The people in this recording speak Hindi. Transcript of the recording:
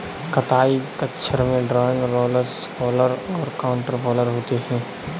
कताई खच्चर में ड्रॉइंग, रोलर्स फॉलर और काउंटर फॉलर होते हैं